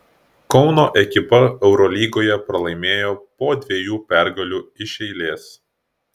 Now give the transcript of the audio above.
kauno ekipa eurolygoje pralaimėjo po dviejų pergalių iš eilės